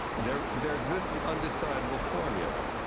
there there exists an undesirable formula.